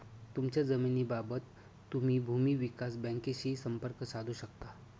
तुमच्या जमिनीबाबत तुम्ही भूमी विकास बँकेशीही संपर्क साधू शकता